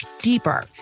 deeper